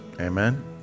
Amen